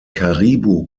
caribou